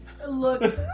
Look